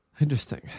interesting